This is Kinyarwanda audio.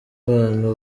abantu